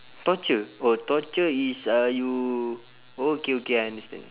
torture oh torture is uh you okay okay I understand